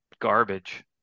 garbage